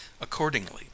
Accordingly